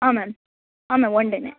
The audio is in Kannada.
ಹಾಂ ಮ್ಯಾಮ್ ಹಾಂ ಮ್ಯಾಮ್ ಒನ್ ಡೇನೇ